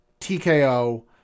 TKO